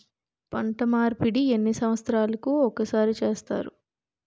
పంట మార్పిడి ఎన్ని సంవత్సరాలకి ఒక్కసారి చేస్తారు?